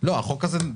ועדת החוקה.